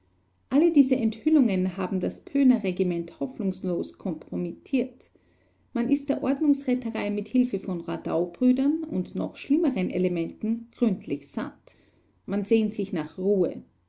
alle diese enthüllungen haben das pöhner-regiment hoffnungslos kompromittiert man ist der ordnungsretterei mit hilfe von radaubrüdern und noch schlimmeren elementen gründlich satt man sehnt sich nach ruhe